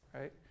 Right